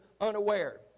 unaware